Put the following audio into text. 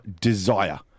desire